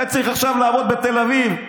הוא היה צריך עכשיו לעבוד בתל אביב,